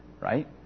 Right